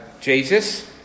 Jesus